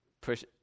push